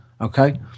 okay